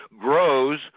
grows